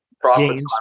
profits